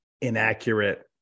inaccurate